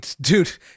dude